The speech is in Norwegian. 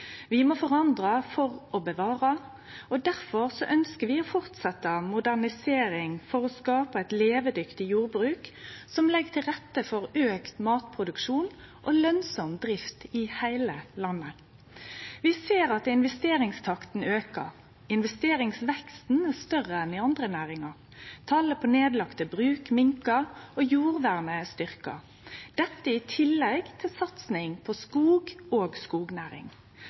Vi må forandre for å bevare, og difor ønskjer vi å fortsetje moderniseringa for å skape eit levedyktig jordbruk som legg til rette for auka matproduksjon og lønsam drift i heile landet. Vi ser at investeringstakta aukar, investeringsveksten er større enn i andre næringar, talet på nedlagde bruk minkar, og jordvernet er styrkt – dette i tillegg til satsing på skog og skognæring.